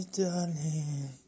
darling